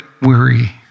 weary